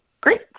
Great